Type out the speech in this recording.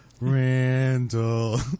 Randall